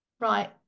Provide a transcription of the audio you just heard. right